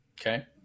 Okay